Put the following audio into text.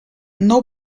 nou